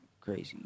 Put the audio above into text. crazy